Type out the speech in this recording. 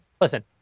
listen